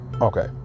Okay